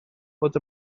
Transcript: bod